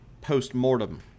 post-mortem